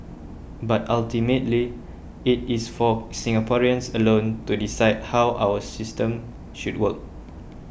but ultimately it is for Singaporeans alone to decide how our system should work